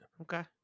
Okay